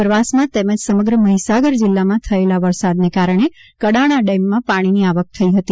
ઉપરવાસમાં તેમજ સમગ્ર મહિસાગર જિલ્લામાં થયેલા વરસાદને કારણે કડાણા ડેમમાં પાણીની આવક થઇ હતી